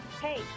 Hey